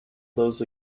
those